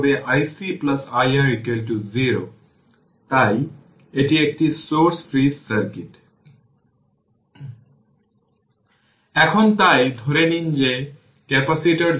সুতরাং এটি এনার্জিতে v0R e হবে tτ এটি কারেন্ট iR